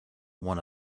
one